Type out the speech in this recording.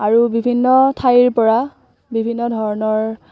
আৰু বিভিন্ন ঠাইৰ পৰা বিভিন্ন ধৰণৰ